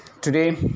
today